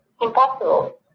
Impossible